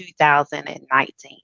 2019